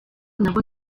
nabo